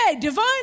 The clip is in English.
divine